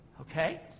Okay